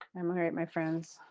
um alright my friends.